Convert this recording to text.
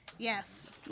Yes